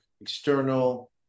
external